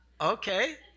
Okay